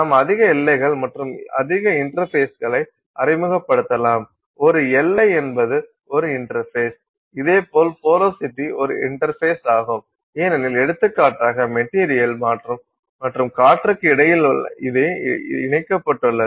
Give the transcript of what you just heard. நாம் அதிக எல்லைகள் மற்றும் அதிக இன்டர்பேஸ்களை அறிமுகப்படுத்தலாம் ஒரு எல்லை என்பது ஒரு இன்டர்பேஸ் இதேபோல் போரோசிட்டி ஒரு இன்டர்பேஸ் ஆகும் ஏனெனில் எடுத்துக்காட்டாக மெட்டீரியல் மற்றும் காற்றுக்கு இடையில் இது இணைக்கப்பட்டுள்ளது